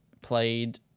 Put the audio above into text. played